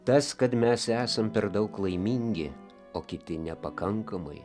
tas kad mes esam per daug laimingi o kiti nepakankamai